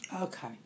Okay